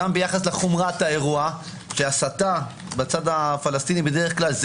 גם ביחס לחומרת האירוע שהסתה בצד הפלסטיני בדרך כלל,